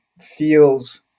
feels